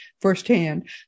firsthand